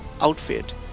outfit